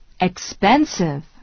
expensive